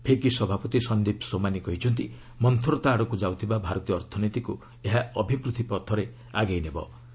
ଫିକି ସଭାପତି ସନ୍ଦୀପ ସୋମାନି କହିଛନ୍ତି ମନ୍ତୁରତା ଆଡ଼କୁ ଯାଉଥିବା ଭାରତୀୟ ଅର୍ଥନୀତିକୁ ଏହା ଅଭିବୃଦ୍ଧି ଦିଗରେ ଅଗ୍ରସର କରାଇବ